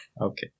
okay